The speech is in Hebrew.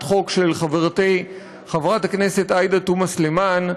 חוק של חברתי חברת הכנסת עאידה תומא סלימאן,